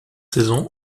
saison